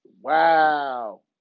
Wow